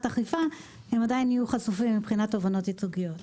אכיפה הם עדיין יהיו חשופים מבחינת תובענות ייצוגיות.